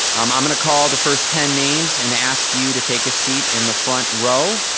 um i'm gonna call the first ten names and ask you to take a seat in the front row.